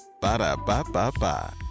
Ba-da-ba-ba-ba